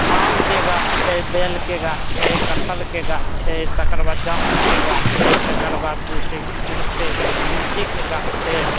आमके गाछ छै बेलके गाछ छै कठहलके गाछ छै तकरबाद जामुनके गाछ छै तकरबाद जे छै कि कहै छै लीचीके गाछ छै